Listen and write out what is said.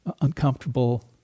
uncomfortable